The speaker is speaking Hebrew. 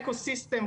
אקוסיסטם,